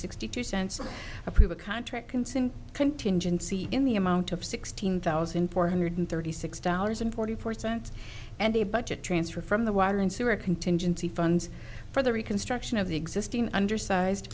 sixty two cents on a pre contract consumed contingency in the amount of sixteen thousand four hundred thirty six dollars and forty four cents and a budget transfer from the water and sewer contingency funds for the reconstruction of the existing undersized